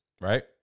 right